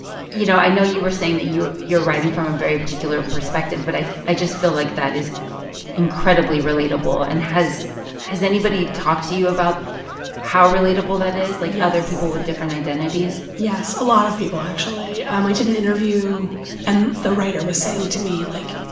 you know, i know you were saying that you're you're writing from a very particular perspective, but i i just feel like that is incredibly relatable. and has has anybody talked to you about how relatable that is. yes. like, other people with different identities? yes. a lot of people, actually. um i did an interview and the writer was saying to me, like,